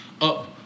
up